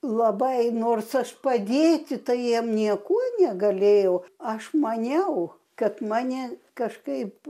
labai nors aš padėti jiem niekuo negalėjau aš maniau kad mane kažkaip